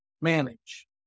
manage